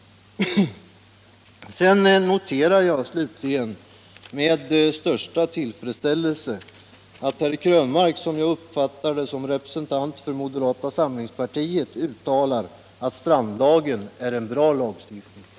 Sedan vill jag slutligen med största tillfredsställelse notera att herr Krönmark, som jag uppfattade som representant för moderata samlingspartiet, uttalar att strandlagen är en bra lagstiftning.